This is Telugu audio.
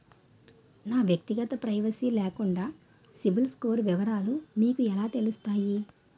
నా వ్యక్తిగత ప్రైవసీ లేకుండా సిబిల్ స్కోర్ వివరాలు మీకు ఎలా తెలుస్తాయి?